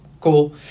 Cool